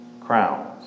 crowns